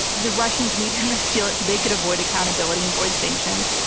the russians need him to steal it they could avoid accountability and avoid sanctions.